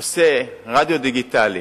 עושה רדיו דיגיטלי